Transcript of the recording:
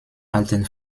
alten